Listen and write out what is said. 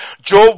Job